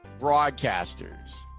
broadcasters